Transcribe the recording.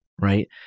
right